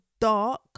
dark